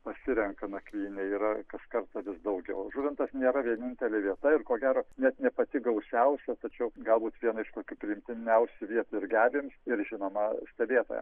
pasirenka nakvynę yra kaskart vis daugiau žuvintas nėra vienintelė vieta ir ko gero net ne pati gausiausia tačiau galbūt viena iš kokių priimtiniausių vietų ir gervėms ir žinoma stebėtojam